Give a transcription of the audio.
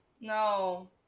No